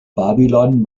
babylon